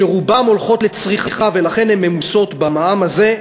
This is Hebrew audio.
שרובן הולכות לצריכה ולכן הן ממוסות במע"מ הזה,